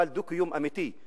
אבל דו-קיום אמיתי,